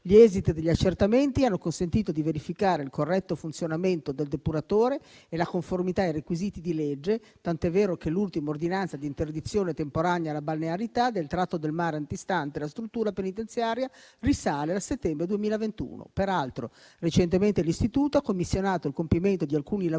Gli esiti degli accertamenti hanno consentito di verificare il corretto funzionamento del depuratore e la conformità ai requisiti di legge. Tant'è vero che l'ultima ordinanza di interdizione temporanea alla balneabilità del tratto del mare antistante la struttura penitenziaria risale al settembre 2021. Peraltro, recentemente l'istituto ha commissionato il compimento di alcuni lavori